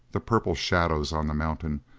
the purple shadows on the mountains,